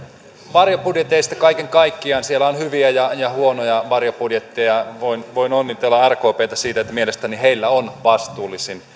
varjobudjeteista kaiken kaikkiaan siellä on hyviä ja ja huonoja varjobudjetteja voin voin onnitella rkptä siitä että mielestäni heillä on vastuullisin